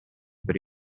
per